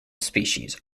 species